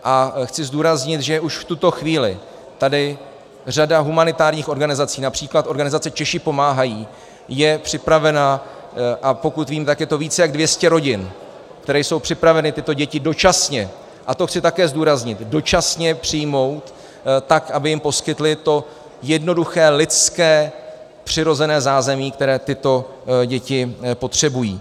A chci zdůraznit, že už v tuto chvíli tady řada humanitárních organizací, například organizace Češi pomáhají, je připravena a pokud vím, tak je to víc než 200 rodin, které jsou připraveny tyto děti dočasně a to chci také zdůraznit dočasně přijmout, tak aby jim poskytly to jednoduché lidské přirozené zázemí, které tyto děti potřebují.